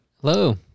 Hello